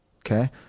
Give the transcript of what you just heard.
okay